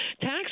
Tax